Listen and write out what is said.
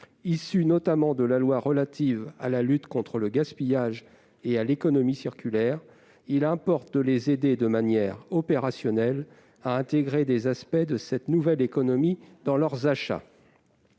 issues notamment de la loi relative à la lutte contre le gaspillage et à l'économie circulaire, il importe d'aider ces acteurs de manière opérationnelle à intégrer des aspects de cette nouvelle économie dans leurs achats.